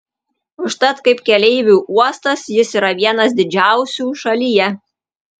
užtat kaip keleivių uostas jis yra vienas didžiausių šalyje